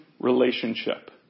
relationship